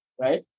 right